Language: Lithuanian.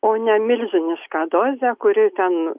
o ne milžinišką dozę kuri ten